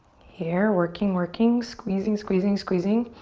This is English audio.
here working, working. squeezing, squeezing, squeezing.